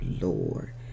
Lord